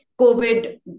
COVID